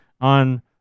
on